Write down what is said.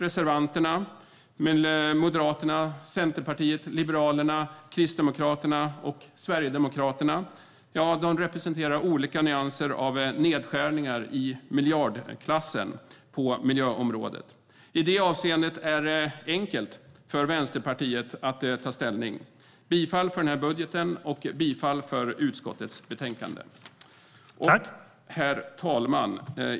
Reservanterna, Moderaterna, Centerpartiet, Liberalerna, Kristdemokraterna och Sverigedemokraterna, representerar olika nyanser av nedskärningar i miljardklassen på miljöområdet. I det avseendet är det enkelt för Vänsterpartiet att ta ställning. Vi yrkar bifall till den här budgeten och till utskottets förslag i betänkandet. Herr talman!